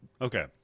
Okay